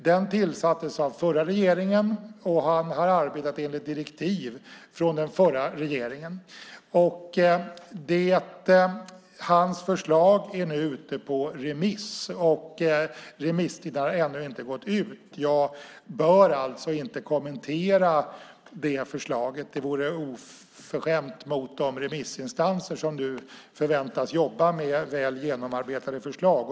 Den tillsattes av förra regeringen, och han har arbetat enligt direktiv från den förra regeringen. Hans förslag är nu ute på remiss. Remisstiden har ännu inte gått ut. Jag bör alltså inte kommentera det förslaget. Det vore oförskämt mot de remissinstanser som nu förväntas jobba med väl genomarbetade förslag.